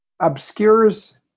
obscures